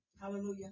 Hallelujah